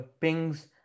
pings